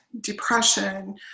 depression